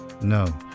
No